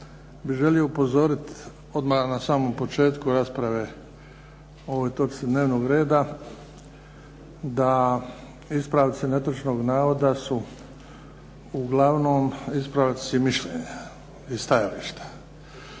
bih želio upozoriti odmah na početku rasprave o ovoj točci dnevnog reda da ispravci netočnog navoda su uglavnom ispravci mišljenja i stajališta.